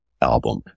album